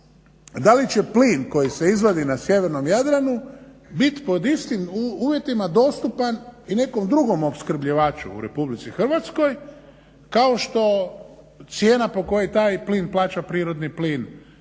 da li će plin koji se izvadi na sjevernom Jadranu biti pod istim uvjetima dostupan i nekom drugom opskrbljivaču u Republici Hrvatskoj kao što cijena po kojoj taj plin plaća prirodni plin